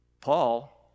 Paul